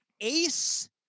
Ace